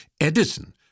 Edison